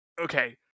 okay